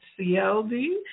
Cld